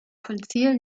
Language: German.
konzil